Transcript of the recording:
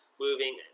moving